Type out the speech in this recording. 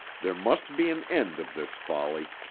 there must be an end of this folly.